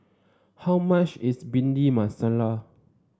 how much is Bhindi Masala